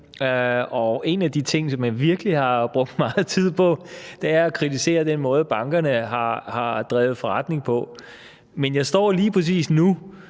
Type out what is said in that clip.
en af de ting, som jeg virkelig har brugt meget tid på, er at kritisere den måde, bankerne har drevet forretning på. Men jeg står lige præcis nu